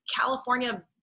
California